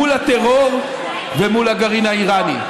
מול הטרור ומול הגרעין האיראני.